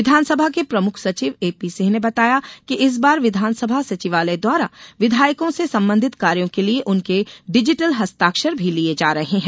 विधानसभा के प्रमुख सचिव एपी सिंह ने बताया कि इस बार विधानसभा सचिवालय द्वारा विधायकों से संबंधित कार्यो के लिये उनके डिजीटल हस्ताक्षर भी लिये जा रहे हैं